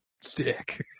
stick